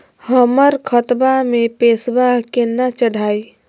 हमर खतवा मे पैसवा केना चढाई?